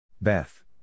Beth